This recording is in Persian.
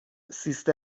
سیستم